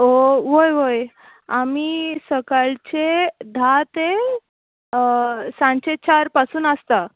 हो होय होय आमी सकाळचे धा ते सांजेचे चार पासून आसता